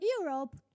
Europe